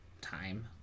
Time